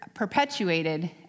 Perpetuated